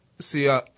see